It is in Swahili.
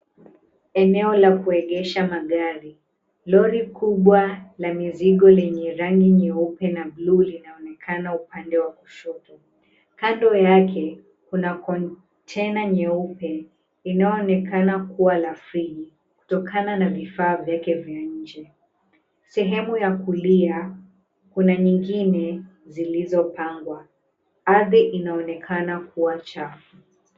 Eneo la kuegesha magari. Lori kubwa la mizigo lenye rangi nyeupe na buluu linaonekana upande wa kushoto. Kando yake, kuna kontena nyeupe, inayoonekana kuwa la friji kutokana na vifaa vyake vya nje. Sehemu ya kulia, kuna nyingine zilizopangwa. Ardhi inaonekana kuwa chafu.